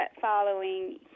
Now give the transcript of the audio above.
following